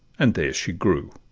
and there she grew.